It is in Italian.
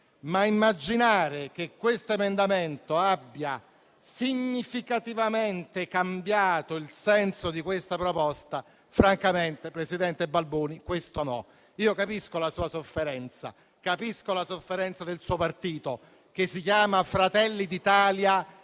Ma immaginare che questo emendamento abbia significativamente cambiato il senso di questa proposta, francamente, presidente Balboni, questo no. Capisco la sua sofferenza, capisco la sofferenza del suo partito, che si chiama Fratelli d'Italia e